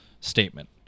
Statement